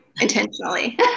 intentionally